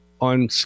on